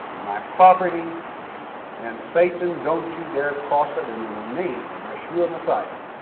my property and satan don't you dare cross it, in the name of yeshua messiah.